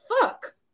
fuck